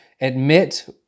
admit